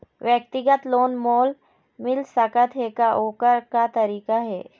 व्यक्तिगत लोन मोल मिल सकत हे का, ओकर का तरीका हे?